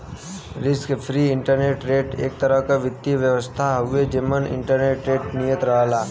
risk free interest rate एक तरह क वित्तीय व्यवस्था हउवे जेमन इंटरेस्ट रेट नियत रहला